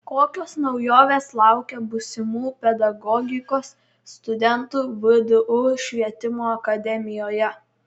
kokios naujovės laukia būsimų pedagogikos studentų vdu švietimo akademijoje